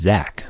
Zach